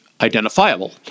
identifiable